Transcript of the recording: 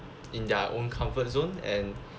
in their own comfort zone and